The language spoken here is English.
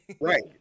Right